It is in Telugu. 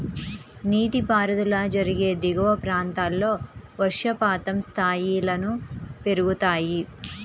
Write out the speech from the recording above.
నీటిపారుదల జరిగే దిగువ ప్రాంతాల్లో వర్షపాతం స్థాయిలను పెరుగుతాయి